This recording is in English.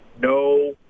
No